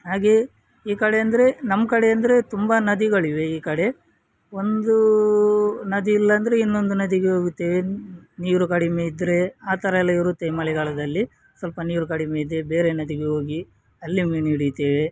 ಹಾಗೆ ಈ ಕಡೆ ಅಂದರೆ ನಮ್ಮ ಕಡೆ ಅಂದರೆ ತುಂಬ ನದಿಗಳಿವೆ ಈ ಕಡೆ ಒಂದೂ ನದಿ ಇಲ್ಲ ಅಂದರೆ ಇನ್ನೊಂದು ನದಿಗೆ ಹೋಗುತ್ತೇವೆ ನೀರು ಕಡಿಮೆ ಇದ್ದರೆ ಆ ಥರ ಎಲ್ಲ ಇರುತ್ತೆ ಮಳೆಗಾಲದಲ್ಲಿ ಸ್ವಲ್ಪ ನೀರು ಕಡಿಮೆ ಇದ್ರೆ ಬೇರೆ ನದಿಗೆ ಹೋಗಿ ಅಲ್ಲಿ ಮೀನು ಹಿಡಿತೇವೆ